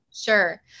sure